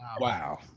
Wow